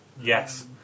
yes